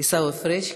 עיסאווי פריג'.